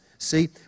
See